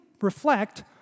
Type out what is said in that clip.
reflect